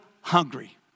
hungry